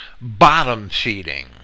bottom-feeding